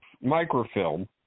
microfilm